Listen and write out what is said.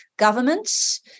Governments